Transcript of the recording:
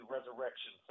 Resurrection